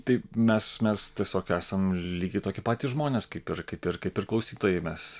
taip mes mes tiesiog esam lygiai toki patys žmonės kaip ir kaip ir kaip ir klausytojai mes